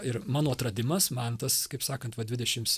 ir mano atradimas man tas kaip sakant va dvidešims